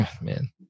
man